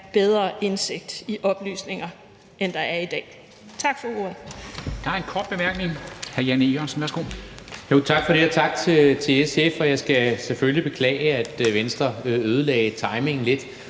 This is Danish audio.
bedre indsigt i oplysninger, end der er i dag.